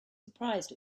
surprised